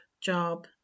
job